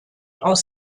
aus